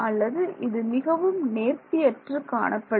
அல்லது இது மிகவும் நேர்த்தியற்றுக் காணப்படும்